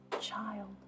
child